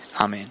Amen